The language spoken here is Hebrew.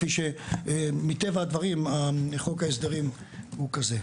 כפי שמטבע הדברים, חוק ההסדרים הוא כזה.